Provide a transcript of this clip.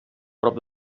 prop